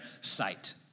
sight